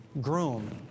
groom